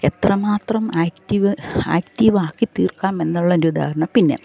എത്രമാത്രം active active ആക്കി തീർക്കാം എന്നുള്ളതിൻ്റെ ഉദാഹരണം പിന്നെ